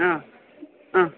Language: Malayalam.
ആ ആ